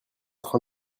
train